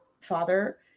father